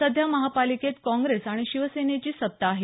सध्या महापालिकेत काँग्रेस आणि शिवसेनेची सत्ता आहे